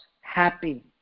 happy